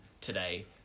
today